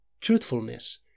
truthfulness